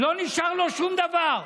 לא נשאר שום דבר.